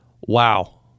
wow